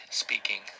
speaking